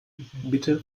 bitte